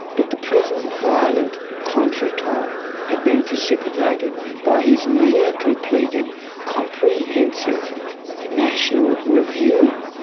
but the present violent contretemps had been precipitated by his near completed comprehensive national review.